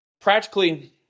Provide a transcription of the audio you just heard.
Practically